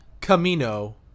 camino